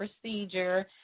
procedure